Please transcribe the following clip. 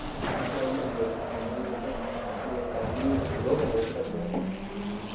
इस चीज नै बी इंडिया दी इकानमी ग्रो करने बिच बड़ी सहायता कीती दी ऐ